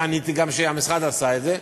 ועניתי גם שהמשרד עשה את זה.